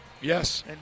Yes